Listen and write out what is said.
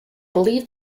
believe